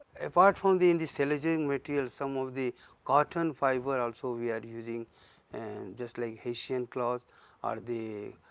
apart from the in the cellulosic material some of the cotton fibre also, we are using and just like hessian cloths or the,